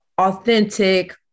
authentic